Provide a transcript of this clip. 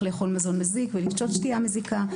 לאכול מזון מזיק ולשתות שתייה מזיקה.